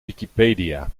wikipedia